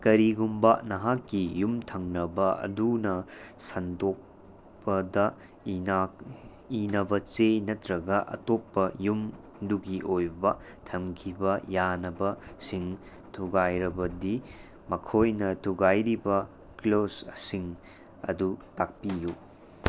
ꯀꯔꯤꯒꯨꯝꯕ ꯅꯍꯥꯛꯀꯤ ꯌꯨꯝ ꯊꯪꯅꯕ ꯑꯗꯨꯅ ꯁꯟꯗꯣꯛꯄꯗ ꯏꯅꯕ ꯆꯦ ꯅꯠꯇ꯭ꯔꯒ ꯑꯇꯣꯞꯄ ꯌꯨꯝꯗꯨꯒꯤ ꯑꯣꯏꯕ ꯊꯝꯈꯤꯕ ꯌꯥꯅꯕꯁꯤꯡ ꯊꯨꯒꯥꯏꯔꯕꯗꯤ ꯃꯈꯣꯏꯅ ꯊꯨꯒꯥꯏꯔꯤꯕ ꯀ꯭ꯂꯣꯁꯁꯤꯡ ꯑꯗꯨ ꯇꯥꯛꯄꯤꯌꯨ